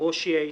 ברושי איתן,